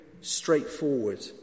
straightforward